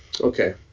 Okay